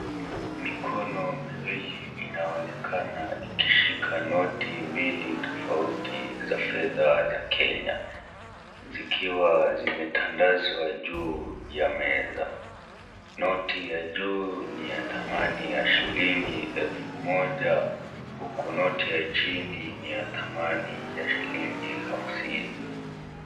Mikono miwili inaonekana ikishika noti mbili tofauti za fedha za Kenya, zikiwa zimetandazwa juu ya meza. Noti ya juu ni ya thamani ya shilingi elfu moja, huku noti ya chini ni ya thamani ya shilingi hamsini.